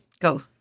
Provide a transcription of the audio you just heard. go